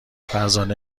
فرزانه